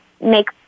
make